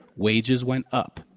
wages went up.